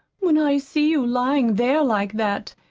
when i see you lying there like that,